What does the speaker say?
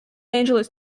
angeles